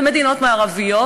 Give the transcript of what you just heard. ובמדינות מערביות,